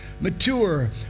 mature